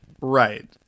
Right